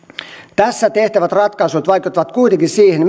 tässä tehtävät ratkaisut vaikuttavat kuitenkin siihen